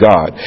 God